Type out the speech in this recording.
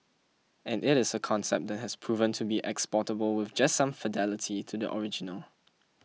and it is a concept that has proven to be exportable with just some fidelity to the original